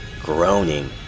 Groaning